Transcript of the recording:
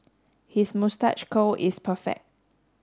his moustache curl is perfect